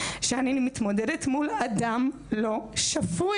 שאני מתמודדת מול אדם לא שפוי,